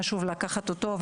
חשוב לקחת אותו,